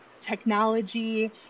technology